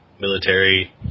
military